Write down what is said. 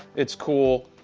it's cool.